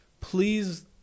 please